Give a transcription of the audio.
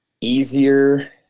easier